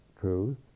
truth